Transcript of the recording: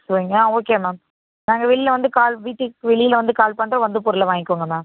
சிவகங்கையா okay ma'am நாங்கள் வெளில வந்து கால் வீட்டுக்கு வெளியில் வந்து கால் பண்ணுறோம் வந்து பொருளை வாங்கிக்கோங்க மேம்